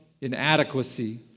inadequacy